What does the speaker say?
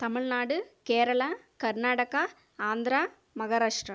Tamil Nadu Kerala Karnataka Andhra Maharashtra